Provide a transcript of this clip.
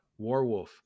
Warwolf